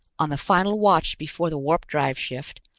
on the final watch before the warp-drive shift,